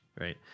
Right